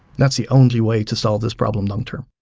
that's the only way to solve this problem long term.